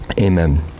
amen